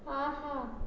ஆஹா